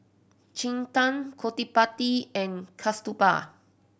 Chetan Gottipati and Kasturba